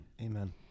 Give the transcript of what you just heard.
Amen